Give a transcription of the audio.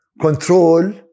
control